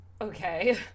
okay